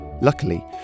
Luckily